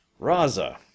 Raza